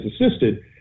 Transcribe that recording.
assisted